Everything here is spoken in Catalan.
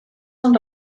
són